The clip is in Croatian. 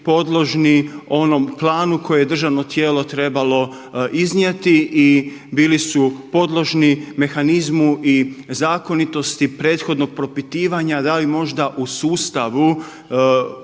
podložni onom klanu koje je državno tijelo trebalo iznijeti i bili su podložni mehanizmu i zakonitosti prethodnog propitivanja da li možda u sustavu